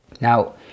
now